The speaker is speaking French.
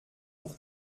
pour